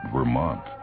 Vermont